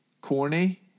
corny